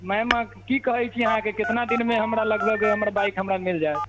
मेम अहाँकेँ की कहैत छी अहाँकेँ कतेक दिनमे हमरा लगभग हमर बाइक हमरा मिल जायत